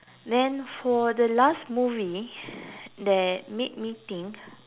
then for the last movie that made me think